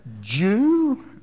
Jew